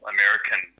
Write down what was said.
American